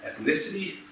ethnicity